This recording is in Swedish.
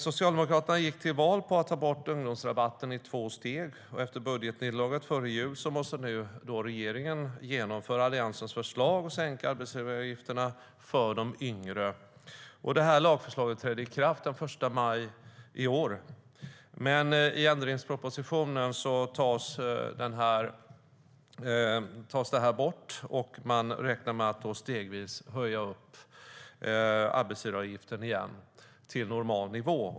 Socialdemokraterna gick till val på att ta bort ungdomsrabatten i två steg. Men efter budgetnederlaget före jul måste regeringen genomföra Alliansens förslag och sänka arbetsgivaravgifterna för de yngre. Det lagförslaget trädde i kraft den 1 maj i år. Men i ändringspropositionen tas det här bort, och man räknar med att stegvis höja arbetsgivaravgiften igen till normal nivå.